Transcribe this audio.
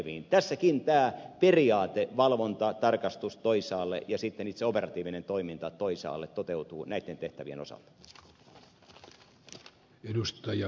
tässäkin tämä periaate valvonta tarkastus toisaalle ja sitten itse operatiivinen toiminta toisaalle toteutuu näitten tehtävien osalta edustaja